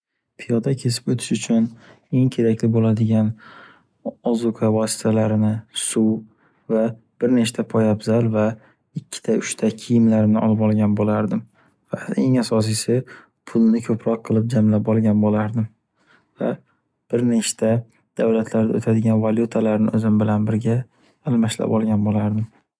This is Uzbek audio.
Piyoda kesib o’tishi uchun eng kerak bo’ladigan ozuqa vositalarini suv va bir nechta poyafzal va ikkita uchta kiyimlarimni olib olgan bo’lardim. Va eng asosiysi pulni ko’proq qilib jamlab olgan bo’lardim. Va bir nechta davlarda o’tadigan valyutalarni o’zim bilan birga almashlab olgan bo’lardim.